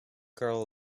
girl